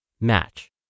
Match